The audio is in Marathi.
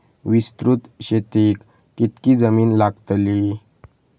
विस्तृत शेतीक कितकी जमीन लागतली?